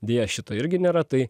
deja šito irgi nėra tai